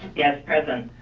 yes, present.